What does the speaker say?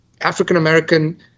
African-American